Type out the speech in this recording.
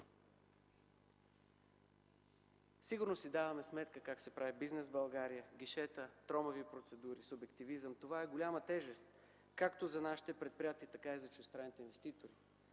Сигурно си даваме сметка как се прави бизнес в България – гишета, тромави процедури, субективизъм. Това е голяма тежест както за нашите предприятия, така и за чуждестранните инвеститори.